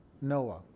Noah